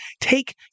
take